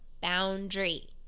boundary